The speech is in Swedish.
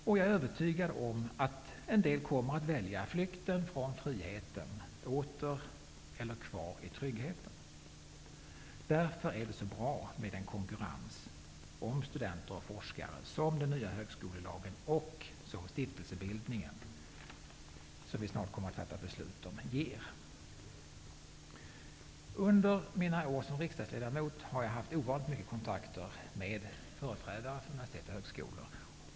Jag är övertygad om att en del kommer att välja flykten från friheten åter eller kvar i tryggheten. Därför är det så bra med den konkurrens om studenter och forskare som den nya högskolelagen och den stiftelsebildning ger som vi snart skall fatta beslut om. Under mina år som riksdagsledamot har jag haft ovanligt många kontakter med företrädare för universitet och högskolor.